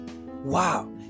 wow